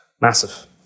massive